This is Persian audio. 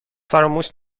فراموش